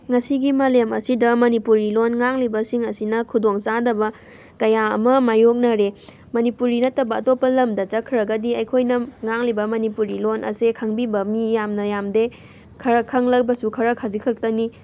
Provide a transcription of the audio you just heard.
ꯉꯁꯤꯒꯤ ꯃꯥꯂꯦꯝ ꯑꯁꯤꯗ ꯃꯅꯤꯄꯨꯔꯤ ꯂꯣꯟ ꯉꯥꯡꯂꯤꯕꯁꯤꯡ ꯑꯁꯤꯅ ꯈꯨꯗꯣꯡ ꯆꯥꯗꯕ ꯀꯌꯥ ꯑꯃ ꯃꯥꯏꯌꯣꯛꯅꯔꯦ ꯃꯅꯤꯄꯨꯔꯤ ꯅꯠꯇꯕ ꯑꯇꯣꯞꯄ ꯂꯝꯗ ꯆꯠꯈ꯭ꯔꯒꯗꯤ ꯑꯩꯈꯣꯏꯅ ꯉꯥꯡꯂꯤꯕ ꯃꯅꯤꯄꯨꯔꯤ ꯂꯣꯟ ꯑꯁꯦ ꯈꯪꯕꯤꯕ ꯃꯤ ꯌꯥꯝꯅ ꯌꯥꯝꯗꯦ ꯈꯔ ꯈꯪꯂꯕꯁꯨ ꯈꯔ ꯈꯖꯤꯛ ꯈꯛꯇꯅꯤ